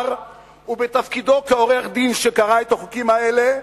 ובתפקידו כעורך-דין שקרא את החוקים האלה: